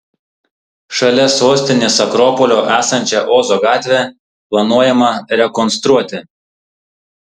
šalia sostinės akropolio esančią ozo gatvę planuojama rekonstruoti